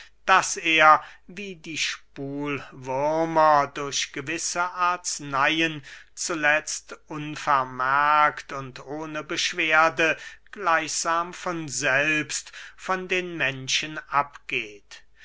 daß er wie die spulwürmer durch gewisse arzneyen zuletzt unvermerkt und ohne beschwerde gleichsam von selbst von den menschen abgeht